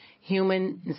human